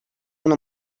una